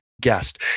guest